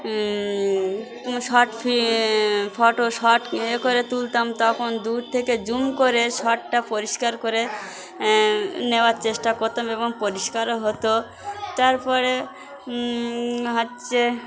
short ফি photo short ইয়ে করে তুলতাম তখন দূর থেকে জুম করে শট টা পরিষ্কার করে নেওয়ার চেষ্টা করতাম এবং পরিষ্কারও হতো তারপরে হচ্ছে